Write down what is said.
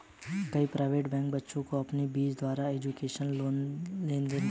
कई private bank बच्चों को अच्छी ब्याज दर पर एजुकेशन लोन दे रहे है